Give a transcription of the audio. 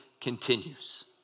continues